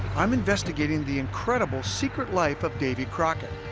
i'm investigating the incredible secret life of davey crockett